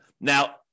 Now